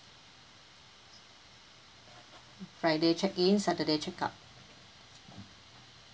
friday check in saturday check out